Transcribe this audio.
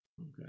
Okay